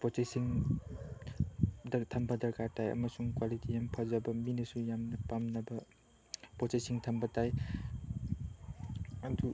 ꯄꯣꯠ ꯆꯩꯁꯤꯡ ꯊꯝꯕ ꯗꯔꯀꯥꯔ ꯇꯥꯏ ꯑꯃꯁꯨꯡ ꯀ꯭ꯋꯥꯂꯤꯇꯤ ꯌꯥꯝ ꯐꯖꯕ ꯃꯤꯅꯁꯨ ꯌꯥꯝꯅ ꯄꯥꯝꯅꯕ ꯄꯣꯠ ꯆꯩꯁꯤꯡ ꯊꯝꯕ ꯇꯥꯏ ꯑꯗꯨ